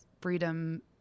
freedom